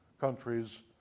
countries